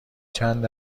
چند